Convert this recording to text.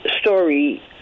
story